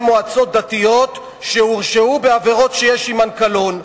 מועצות דתיות שהורשעו בעבירות שיש עמן קלון.